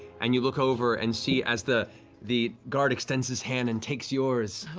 and you look over and see as the the guard extends his hand and takes yours.